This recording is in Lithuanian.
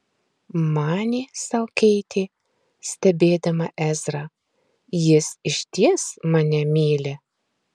manė sau keitė stebėdama ezrą jis išties mane myli